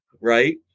Right